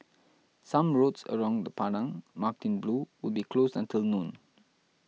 some roads around the Padang marked in blue will be closed until noon